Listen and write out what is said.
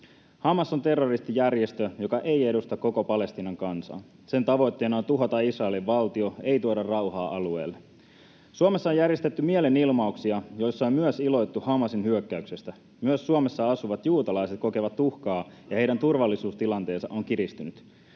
Hamas on terroristijärjestö, joka ei edusta koko Palestiinan kansaa. Sen tavoitteena on tuhota Israelin valtio, ei tuoda rauhaa alueelle. Suomessa on järjestetty mielenilmauksia, joissa on myös iloittu Hamasin hyökkäyksestä. Myös Suomessa asuvat juutalaiset kokevat uhkaa, ja heidän turvallisuustilanteensa on kiristynyt.